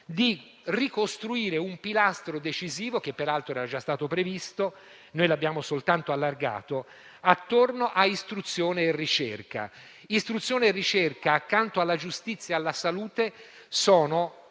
di ricostruire un pilastro decisivo, che peraltro era già stato previsto e che noi abbiamo soltanto allargato, attorno a istruzione e ricerca. Istruzione e ricerca, accanto alla giustizia e alla salute,